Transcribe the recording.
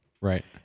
Right